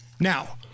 Now